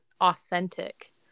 authentic